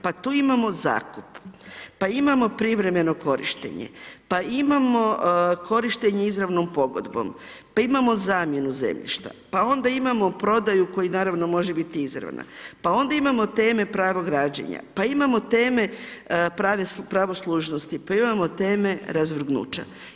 Pa tu imamo zakup, pa imamo privremeno korištenje, pa imamo korištenje izravnom pogodbom, pa imamo zamjenu zemljišta, pa onda imamo prodaju koja naravno može biti izravna, pa onda imamo teme pravo građenja, pa imamo teme pravoslužnosti, pa imamo teme razvrgnuća.